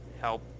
help